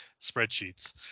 spreadsheets